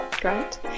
Great